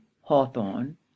hawthorn